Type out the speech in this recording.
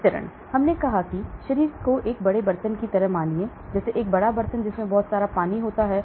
वितरण हमने कहा कि शरीर एक बड़े बर्तन की तरह है जैसे एक बड़ा बर्तन जिसमें बहुत सारा पानी होता है